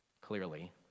clearly